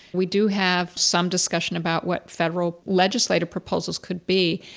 we do have some discussion about what federal legislative proposals could be.